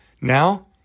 Now